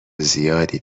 زیادی